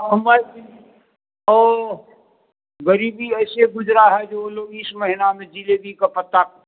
हम्मर जिनगी ओह गरीबी ऐसे गुजरा है जो ऊ लोग इस महीना में जलेबी का पत्ता